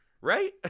Right